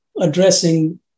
addressing